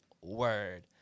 word